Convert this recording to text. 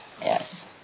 yes